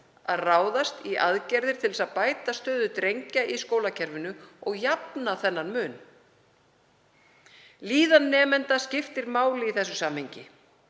að ráðast í aðgerðir til þess að bæta stöðu drengja í skólakerfinu og jafna þennan mun. Líðan nemenda skiptir máli í þessu samhengi.